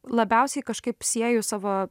labiausiai kažkaip sieju savo